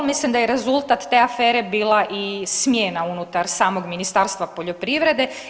Mislim da je rezultat te afere bila i smjena unutar samog Ministarstva poljoprivrede.